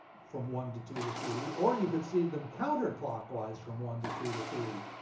from one to two to three, or you could see them counterclockwise from one to two to three.